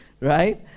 right